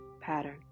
pattern